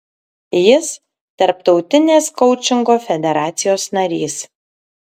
jis tarptautinės koučingo federacijos narys